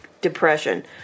Depression